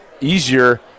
easier